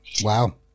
Wow